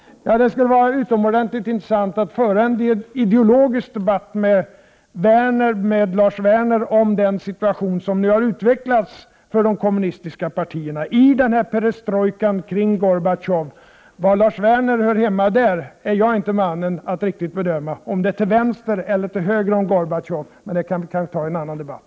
Det skulle vara utomordentligt intressant att föra en ideologisk debatt med Lars Werner om den situation som nu har utvecklats för de kommunistiska partierna i den här perestrojkan kring Gorbatjov. Var Lars Werner hör hemma där — till vänster eller till höger om Gorbatjov — är jag inte mannen att riktigt bedöma. Det kanske vi kan ta uppi en annan debatt.